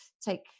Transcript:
take